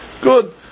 Good